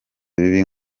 bibi